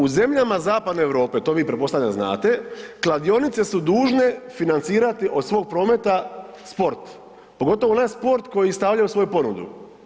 U zemljama zapadne Europe, to vi pretpostavljam znate, kladionice su dužne financirati od svog prometa sport, pogotovo onaj sport koji stavljaju u svoju ponudu.